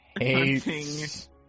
hates